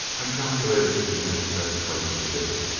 i calculated the next best plate to shift.